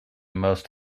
most